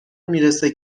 میرسه